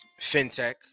fintech